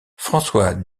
françois